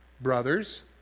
brothers